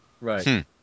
Right